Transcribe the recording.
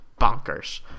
bonkers